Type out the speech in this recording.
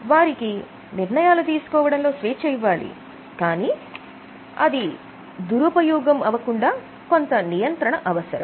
వారికి నిర్ణయాలు తీసుకోవడం లో స్వేచ్ఛ ఇవ్వాలి కానీ అది దురుపయోగం అవకుండా కొంత నియంత్రణ అవసరం